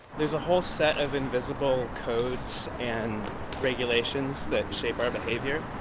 there's a whole set of invisible codes and regulations that shape our behavior.